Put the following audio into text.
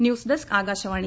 news desk Akashvani